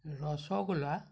rosogolla